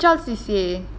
which your C_C_A